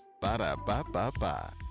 Ba-da-ba-ba-ba